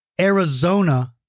Arizona